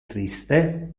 triste